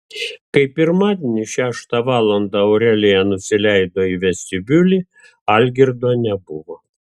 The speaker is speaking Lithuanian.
kai pirmadienį šeštą valandą aurelija nusileido į vestibiulį algirdo nebuvo